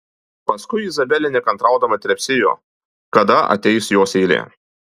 paskui izabelė nekantraudama trepsėjo kada ateis jos eilė